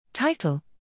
Title